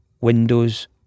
windows